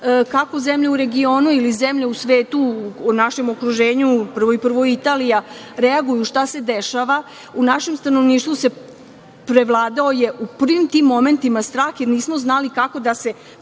kako zemlje u regionu ili zemlje u svetu, u našem okruženju, prvo i prvo Italija, reaguje, šta se dešava, u našem stanovništvu je preovladao u prvim tim momentima strah jer nismo znali kako da se